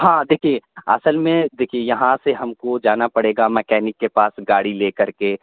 ہاں دیکھیے اصل میں دیکھیے یہاں سے ہم کو جانا پڑے گا مکینک کے پاس گاڑی لے کر کے